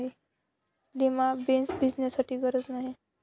lima beans भिजवण्याची गरज नाही